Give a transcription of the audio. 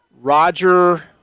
Roger